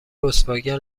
رسواگر